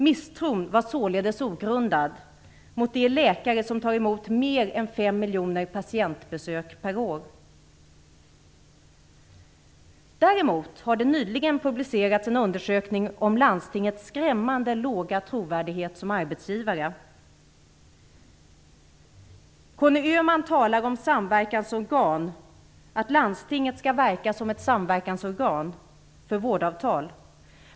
Misstron var således ogrundad mot de läkare som tar emot mer än fem miljoner patientbesök per år. Däremot har det nyligen publicerats en undersökning om landstingets skrämmande låga trovärdighet som arbetsgivare. Conny Öhman talade om att landstinget skall verka som ett samverkansorgan för vårdavtal.